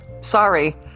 Sorry